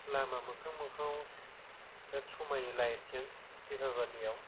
लामा मोखां मोखाङाव बिरा समायो लायट जों दिफाबालियाव